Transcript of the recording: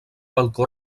balcó